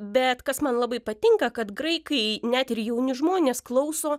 bet kas man labai patinka kad graikai net ir jauni žmonės klauso